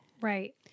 Right